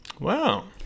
Wow